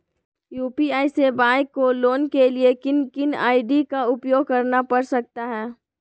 UPI सेवाएं को लाने के लिए किन किन आई.डी का उपयोग करना पड़ सकता है?